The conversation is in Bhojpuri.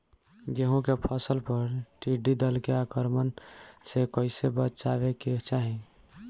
गेहुँ के फसल पर टिड्डी दल के आक्रमण से कईसे बचावे के चाही?